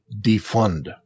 defund